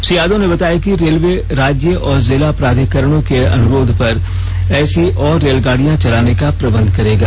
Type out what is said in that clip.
श्री यादव ने बताया कि रेलवे राज्य और जिला प्राधिकरणों के अनुरोध पर ऐसी और रेलगाड़ियां चलाने का प्रबंध करेगा